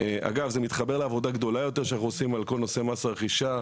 זה מתחבר לעבודה גדולה יותר שאנחנו עושים על כל נושא מס הרכישה,